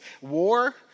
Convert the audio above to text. war